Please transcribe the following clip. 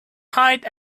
hide